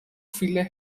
viele